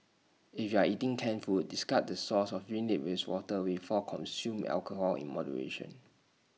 if you are eating canned food discard the sauce or rinse IT with water before consume alcohol in moderation